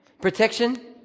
Protection